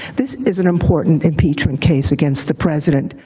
this is an important impeachment case against the president.